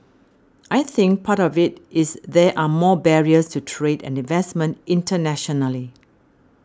I think part of it is there are more barriers to trade and investment internationally